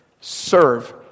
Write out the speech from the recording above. serve